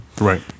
right